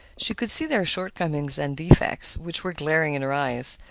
she could see their shortcomings and defects, which were glaring in her eyes.